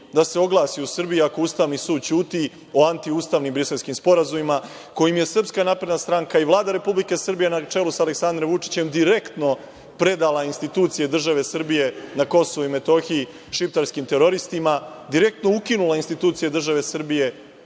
da se oglasi u Srbiji ako USS ćuti o antiustavnim briselskim sporazumima kojima je SNS i Vlada Republike Srbije na čelu sa Aleksandrom Vučićem direktno predala institucije države Srbije na KiM šiptarskim teroristima, direktno ukinula institucije države Srbije